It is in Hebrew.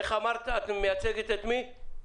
איך אמרת שאת מייצגת את מי?